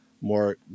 more